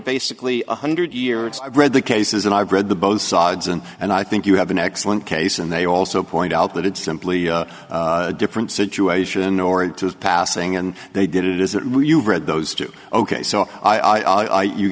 basically one hundred years i've read the cases and i've read the both sides and and i think you have an excellent case and they also point out that it's simply a different situation or into his passing and they did it is it real you've read those two ok so i'll you